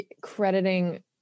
crediting